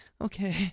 okay